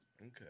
Okay